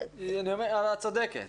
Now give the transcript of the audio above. את צודקת.